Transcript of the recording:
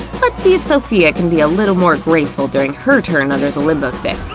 let's see if sophia can be a little more graceful during her turn under the limbo stick.